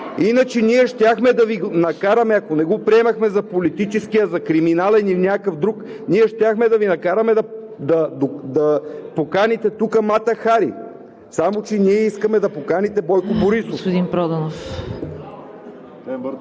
Иначе ние щяхме да Ви накараме, ако не го приемахме за политически, а за криминален или някакъв друг, да поканите тук Мата Хари. Само че ние искаме да поканите Бойко Борисов.